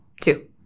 Two